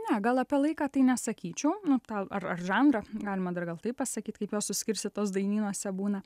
ne gal apie laiką tai nesakyčiau nu tą ar ar žanrą galima dar gal taip pasakyt kaip jos suskirstytos dainynuose būna